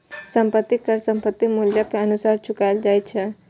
संपत्ति कर संपत्तिक मूल्यक अनुसार चुकाएल जाए छै